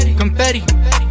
confetti